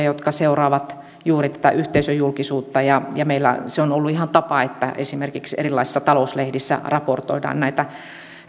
jotka seuraavat juuri tätä yhteisöjulkisuutta ja ja meillä se on ollut ihan tapa että esimerkiksi erilaisissa talouslehdissä raportoidaan näitä